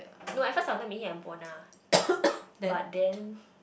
no at first I wanted meet him at Buona but then